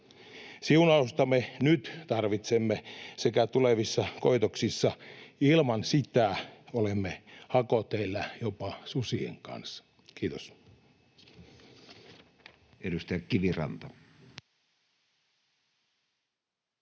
Siunausta me tarvitsemme nyt sekä tulevissa koitoksissa. Ilman sitä olemme hakoteillä jopa susien kanssa. — Kiitos.